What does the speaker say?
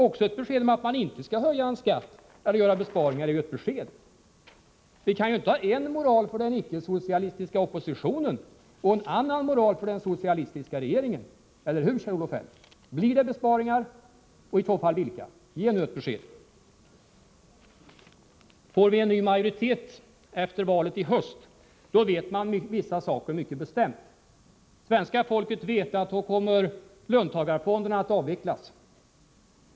Också ett uttalande om att man inte skall höja en skatt eller göra besparingar är ju ett besked. Vi kan inte ha en moral för den icke-socialistiska oppositionen och en annan moral för den socialistiska regeringen. Eller hur, Kjell-Olof Feldt? Blir det besparingar? I så fall, vilka? Ge nu ett besked! Om vi får en ny majoritet efter valet i höst, då vet man mycket bestämt vissa saker. Svenska folket vet att då kommer löntagarfonderna att avvecklas.